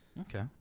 Okay